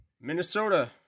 Minnesota